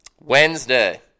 Wednesday